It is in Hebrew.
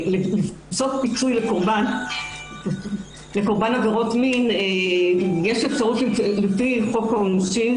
למצוא פיצוי לקורבן עבירות מין על פי חוק העונשין,